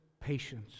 patience